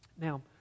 Now